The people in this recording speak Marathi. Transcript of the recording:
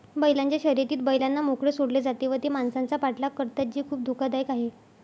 बैलांच्या शर्यतीत बैलांना मोकळे सोडले जाते व ते माणसांचा पाठलाग करतात जे खूप धोकादायक आहे